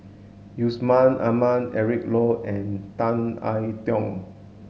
Yusman Aman Eric Low and Tan I Tiong